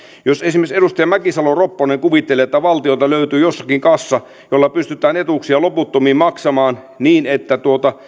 jos esimerkiksi edustaja mäkisalo ropponen kuvittelee että valtiolta löytyy jostakin kassa jolla pystytään etuuksia loputtomiin maksamaan niin että